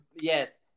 Yes